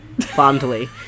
fondly